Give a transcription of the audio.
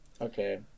Okay